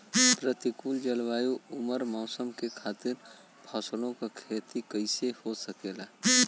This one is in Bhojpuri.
प्रतिकूल जलवायु अउर मौसम में खरीफ फसलों क खेती कइसे हो सकेला?